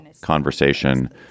conversation